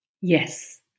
Yes